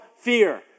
fear